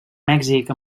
mèxic